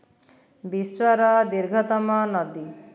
ବିଶ୍ୱର ଦୀର୍ଘତମ ନଦୀ